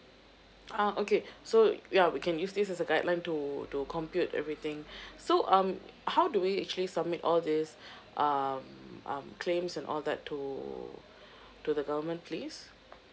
ah okay so ya we can use this as a guideline to to compute everything so um how do we actually submit all these um um claims and all that to to the government please